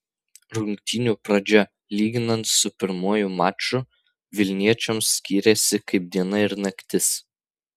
rungtynių pradžia lyginant su pirmuoju maču vilniečiams skyrėsi kaip diena ir naktis